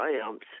triumphs